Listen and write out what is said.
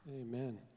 Amen